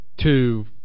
two